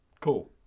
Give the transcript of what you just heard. Cool